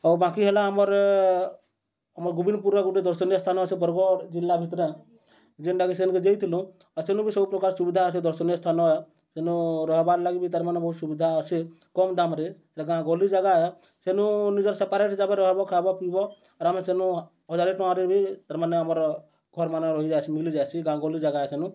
ଆଉ ବାକି ହେଲା ଆମର୍ ଆମର୍ ଗୋବିନ୍ଦ୍ପୁରରେ ଗୁଟେ ଦର୍ଶନୀୟ ସ୍ଥାନ ଅଛେ ବରଗଡ଼୍ ଜିଲ୍ଲା ଭିତ୍ରେ ଯେନ୍ଟାକି ସେନ୍କେ ଯାଇଥିଲୁ ଆର୍ ସେନୁ ବି ସବୁ ପ୍ରକାର୍ ସୁବିଧା ଅଛେ ଦର୍ଶନୀୟ ସ୍ଥାନ ସେନୁ ରହେବାର୍ଲାଗି ବି ତାର୍ମାନେ ବହୁତ୍ ସୁବିଧା ଅଛେ କମ୍ ଦାମ୍ରେ ସେଟା ଗାଁ ଗହଲି ଜାଗା ସେନୁ ନିଜର୍ ସେପାରେଟ୍ ହିସାବେ ରହେବ ଖାଏବ ପିଇବ ଆର୍ ଆମେ ସେନୁ ହଜାରେ ଟଙ୍କାରେ ବି ତାର୍ମାନେ ଆମର୍ ଘର୍ମାନେ ରହେସି ମିଲିଯାଏସି ଗାଁ ଗହଲି ଜାଗା ସେନୁ